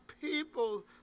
people